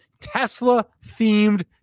Tesla-themed